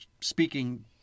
Speaking